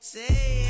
Say